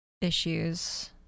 issues